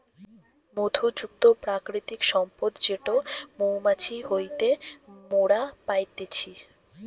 মধু যুক্ত প্রাকৃতিক সম্পদ যেটো মৌমাছি হইতে মোরা পাইতেছি